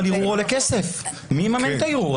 אבל ערעור עולה כסף, מי יממן אותו?